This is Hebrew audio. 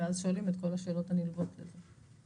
ואז שואלים את כל השאלות הנלוות לזה.